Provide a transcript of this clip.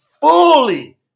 fully